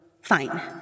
Fine